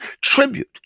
tribute